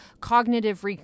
cognitive